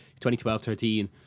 2012-13